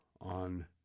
on